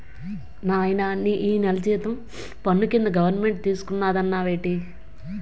నాయనా నీ నెల జీతం పన్ను కింద గవరమెంటు తీసుకున్నాదన్నావేటి